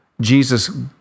Jesus